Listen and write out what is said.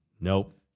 Nope